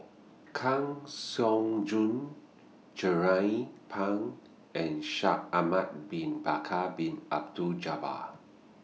Kang Siong Joo Jernnine Pang and Shaikh Ahmad Bin Bakar Bin Abdullah Jabbar